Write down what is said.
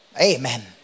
Amen